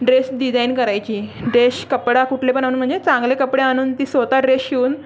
dress design करायची dress कपडा कुठले पण आणून म्हणजे चांगले कपडे आणून ती स्वत ड्रेश शिवून